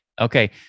Okay